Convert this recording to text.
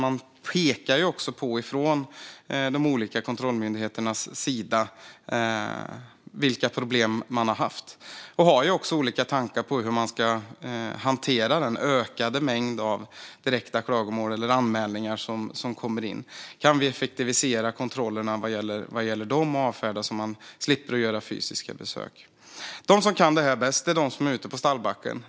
Men de olika kontrollmyndigheterna pekar också på vilka problem som de har haft och har också olika tankar om hur den ökade mängd direkta klagomål och anmälningar som kommer in ska hanteras - om det går att effektivisera kontrollerna vad gäller dem och avfärda dem så att de slipper göra fysiska besök. De som kan detta bäst är de som är ute på stallbacken.